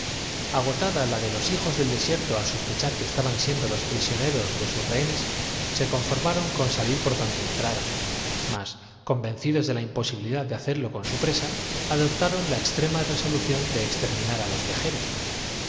agotada la de los para hacernos compañía y enseñarnos ciencias en hijos del desierto al sospechar que estaban siendo los los ratos de ocio prisioneros de sus rehenes se conformaron con salir el tutor había por donde entraran mas convencidos de la imposibi no se equivocado acerca del propósito de los invasores según la traducción lidad de hacerlo con su presa adoptaron la extrema que benjamín le hizo de las órdenes dictadas por el resolución de exterminar á los